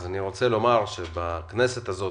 אני רוצה לומר שבכנסת הזאת,